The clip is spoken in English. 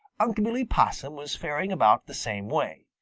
unc' billy possum was faring about the same way.